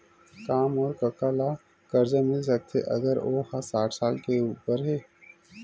का मोर कका ला कर्जा मिल सकथे अगर ओ हा साठ साल से उपर हे?